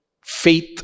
faith